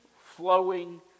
flowing